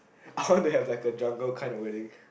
I wanna have like a jungle kind of wedding